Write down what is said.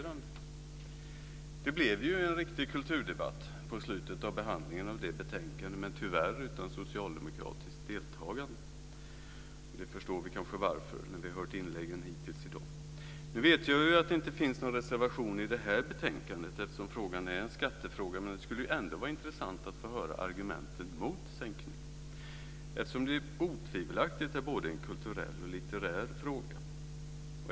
Det blev en riktig kulturdebatt vid slutet av behandlingen av betänkandet, men tyvärr utan socialdemokratiskt deltagande. När vi har hört inläggen i dag kan vi förstå varför. Vi vet att det inte finns någon reservation i det här betänkandet eftersom frågan är en skattefråga. Men det skulle ändå vara intressant att få höra argumenten mot sänkning eftersom det otvivelaktigt är både en kulturell och en litterär fråga.